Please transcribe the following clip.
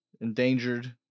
endangered